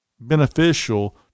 beneficial